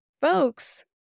folks